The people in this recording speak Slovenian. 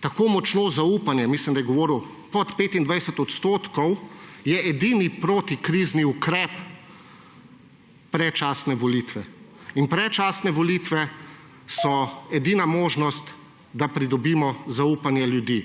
tako močno pade zaupanje,« mislim, da je govoril pod 25 %, »je edini protikrizni ukrep predčasne volitve.« In predčasne volitve so edina možnost, da pridobimo zaupanje ljudi.